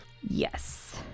yes